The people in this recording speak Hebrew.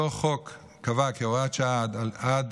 אותו חוק קבע, כהוראת שעה עד